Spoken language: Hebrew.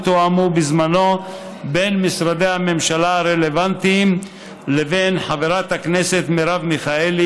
ותואמו בזמנו בין משרדי הממשלה הרלוונטיים לבין חברת הכנסת מרב מיכאלי,